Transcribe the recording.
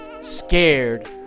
scared